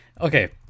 Okay